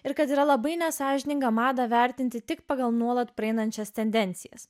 ir kad yra labai nesąžininga madą vertinti tik pagal nuolat praeinančias tendencijas